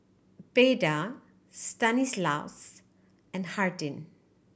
Beda Stanislaus and Hardin